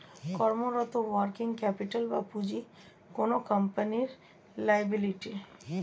কর্মরত working capital বা পুঁজি কোনো কোম্পানির লিয়াবিলিটি